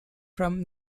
from